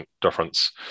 difference